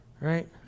Right